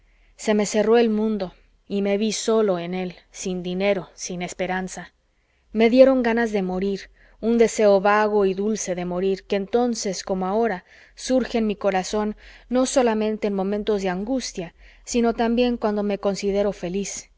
se me cerró el mundo y me ví solo en él sin dinero sin esperanza me dieron ganas de morir un deseo vago y dulce de morir que entonces como ahora surge en mi corazón no solamente en momentos de angustia sino también cuando me considero feliz